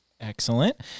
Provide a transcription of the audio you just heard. Excellent